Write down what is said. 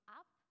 up